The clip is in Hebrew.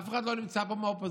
אף אחד לא נמצא פה מהאופוזיציה.